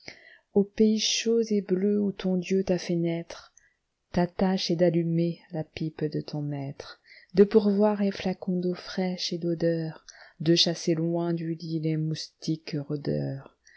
aux pays chauds et bleus ou ton dieu t'a fait naître ta tâche est d'allumer la pipe de ton maître de pourvoir les flacons d'eaux fraîches et d'odeurs de chasser loin du lit les moustiques rôdeurs